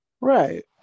Right